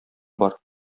бар